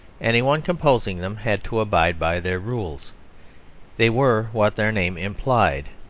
any one composing them had to abide by their rules they were what their name implied.